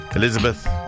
Elizabeth